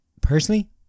Personally